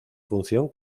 función